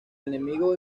enemigo